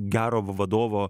gero vadovo